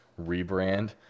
rebrand